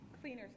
Cleaners